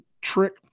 trick